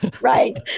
Right